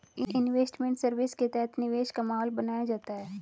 investment service के तहत निवेश का माहौल बनाया जाता है